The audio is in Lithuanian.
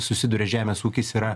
susiduria žemės ūkis yra